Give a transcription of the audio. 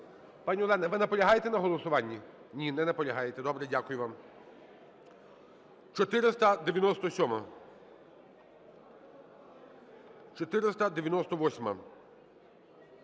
Пані Олена, ви наполягаєте на голосуванні? Ні, не наполягаєте. Добре, дякую вам. 497-а. 498-а.